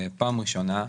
פעם ראשונה,